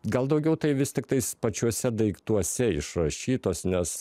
gal daugiau tai vis tiktais pačiuose daiktuose išrašytos nes